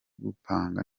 gupanga